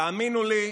תאמינו לי,